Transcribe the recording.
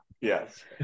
yes